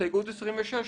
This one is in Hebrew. הסתייגות 26 שלנו: